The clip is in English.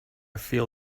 feel